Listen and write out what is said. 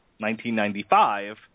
1995